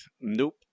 nope